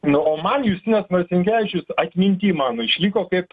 na o man justinas marcinkevičius atminty man išliko kaip